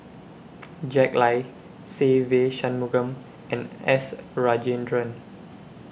Jack Lai Se Ve Shanmugam and S Rajendran